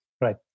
Right